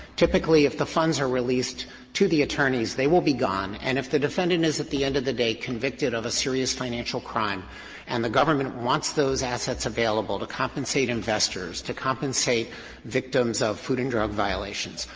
typically if the funds are released to the attorneys, they will be gone. and if the defendant is at the end of the day convicted of a serious financial crime and the government wants those assets available to compensate investors, to compensate victims of food and drug violations,